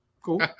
Cool